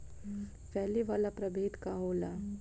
फैले वाला प्रभेद का होला?